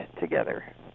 together